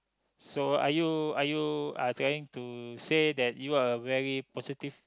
so are you are you are trying to say that you are a very positive